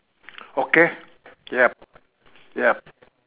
okay yup yup